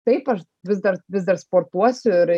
taip aš vis dar vis dar sportuosiu ir